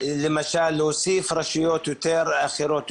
למשל להוסיף רשויות יותר עשירות,